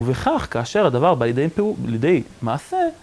ובכך, כאשר הדבר בא לידי מעשה,